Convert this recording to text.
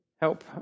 help